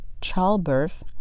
childbirth